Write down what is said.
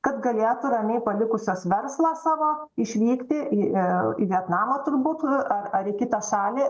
kad galėtų ramiai palikusios verslą savo išvykti į į į vietnamą turbūt ar ar į kitą šalį